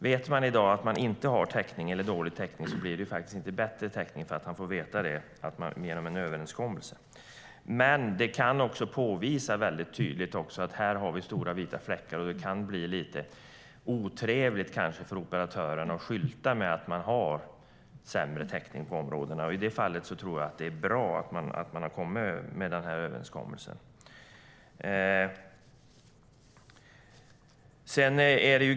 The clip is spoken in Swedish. Vet man i dag att man inte har täckning eller att man har dålig täckning blir det faktiskt inte bättre täckning för att man får veta det till följd av en överenskommelse. Men det kan också påvisa tydligt att vi har stora vita fläckar, och det kan kanske bli lite otrevligt för operatören att skylta med att man har sämre täckning i vissa områden. I det fallet tror jag att det är bra att man har kommit med den här överenskommelsen.